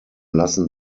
lassen